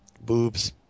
Boobs